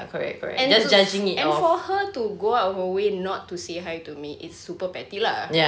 and to for her to go out of her way not to say hi to me it's super petty lah